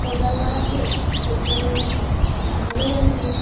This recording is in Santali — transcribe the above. ᱦᱳᱭ ᱜᱟᱞᱢᱟᱨᱟᱜ ᱵᱤᱱ ᱪᱮᱫ ᱠᱚ ᱢᱮᱱᱮᱫᱼᱟ ᱵᱟᱠᱷᱟᱱ ᱦᱟᱸᱜ ᱞᱟᱹᱭ ᱟᱹᱞᱤᱧ ᱵᱤᱱ